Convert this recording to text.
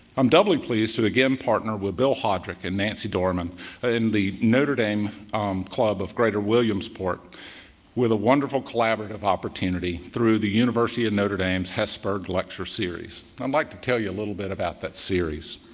i'm doubly pleased to again partner with bill hodrick and nancy dorman in the notre dame club of greater williamsport with a wonderful collaborative opportunity through the university of and notre dame's hesburgh lecture series. i'd like to tell you a little bit about that series,